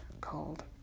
called